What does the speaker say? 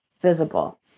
visible